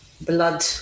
blood